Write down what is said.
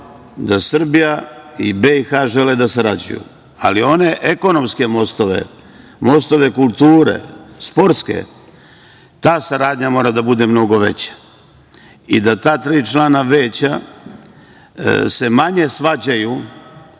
da Srbija i BiH žele da sarađuju ali one ekonomske mostove, mostove kulture, sportske, ta saradnja mora da bude mnogo veća i da ta tri člana veća se manje svađaju